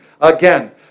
again